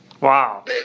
Wow